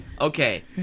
Okay